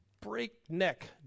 breakneck